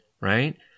right